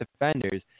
defenders